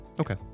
okay